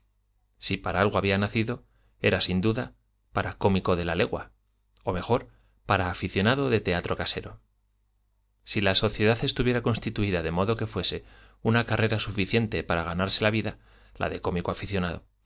si para algo había nacido era sin duda para cómico de la legua o mejor para aficionado de teatro casero si la sociedad estuviera constituida de modo que fuese una carrera suficiente para ganarse la vida la de cómico aficionado